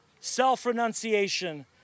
Self-renunciation